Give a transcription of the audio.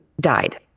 died